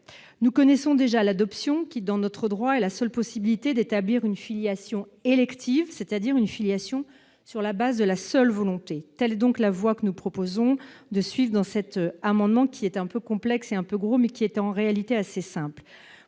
Nous connaissons déjà l'adoption, qui, dans notre droit, est l'unique possibilité d'établir une filiation élective, c'est-à-dire une filiation sur la base de la seule volonté. Telle est la voie que nous proposons avec cet amendement ; il est un peu complexe et long, mais il est en réalité assez simple.